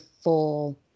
full